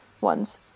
ones